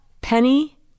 Penny